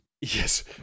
Yes